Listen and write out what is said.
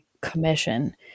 commission